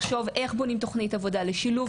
לחשוב איך בונים תוכנית עבודה לשילוב